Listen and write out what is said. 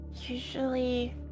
usually